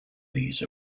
these